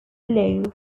blue